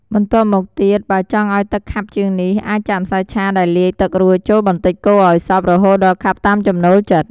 បន្ទាប់មកទៀត បើចង់ឱ្យទឹកខាប់ជាងនេះ អាចចាក់ម្សៅឆាដែលលាយទឹករួចចូលបន្តិចកូរឱ្យសព្វ រហូតដល់ខាប់តាមចំណូលចិត្ត។